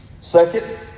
Second